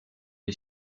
lui